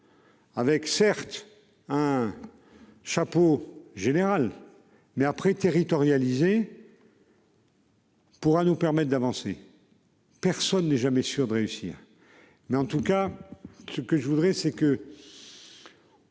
Avec certes un. Chapeau général mais après territorialisée.-- Pour ah nous permettent d'avancer. Personne n'est jamais sûr de réussir, mais en tout cas ce que je voudrais c'est que.--